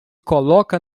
coloca